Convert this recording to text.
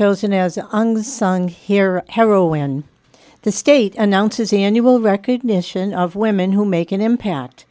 unsung hero heroine the state announces annual recognition of women who make an impact